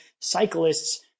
cyclists